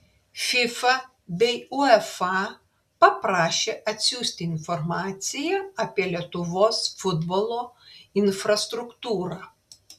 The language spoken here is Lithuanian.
fifa bei uefa paprašė atsiųsti informaciją apie lietuvos futbolo infrastruktūrą